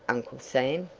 uncle sam,